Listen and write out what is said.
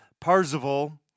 Parzival